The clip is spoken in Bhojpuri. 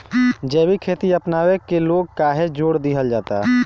जैविक खेती अपनावे के लोग काहे जोड़ दिहल जाता?